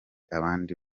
abandi